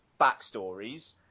backstories